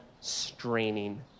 straining